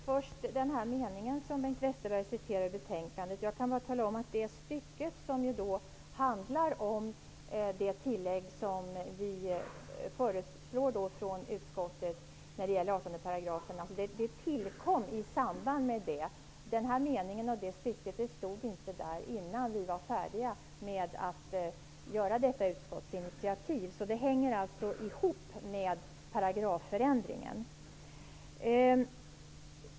Herr talman! Först har vi frågan om den mening som Bengt Westerberg citerade ur betänkandet. Stycket som tar upp tillägget i fråga om 18 § tillkom i samband med att förslaget lades fram. Meningen och stycket fanns inte där innan vi var färdiga med att ta detta utskottsinitiativ. Det hänger alltså ihop med paragrafförändringen.